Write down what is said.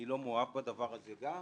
אני לא מאוהב בדבר הזה גם,